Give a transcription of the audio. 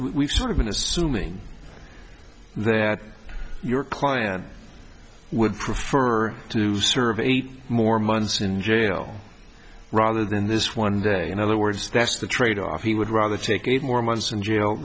we've sort of been assuming that your client would prefer to serve eight more months in jail rather than this one day in other words that's the trade off he would rather take eight more months in jail